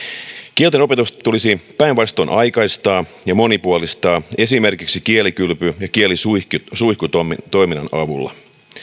kieltenopetusta tulisi päinvastoin aikaistaa ja monipuolistaa esimerkiksi kielikylpy ja kielisuihkutoiminnan avulla